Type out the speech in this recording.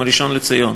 ראשון-לציון.